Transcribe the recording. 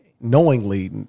knowingly